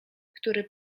który